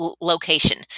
location